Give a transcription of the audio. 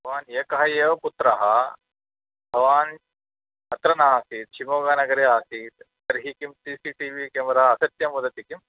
भवान् एकः एव पुत्रः भवान् अत्र नासीत् शिवमोग्गानगरे आसीत् तर्हि किं C C T V camera असत्यं वदति किम्